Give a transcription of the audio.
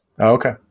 Okay